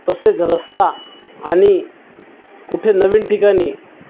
तसेच रस्ता आणि कुठे नवीन ठिकाणी